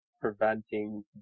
preventing